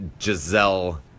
Giselle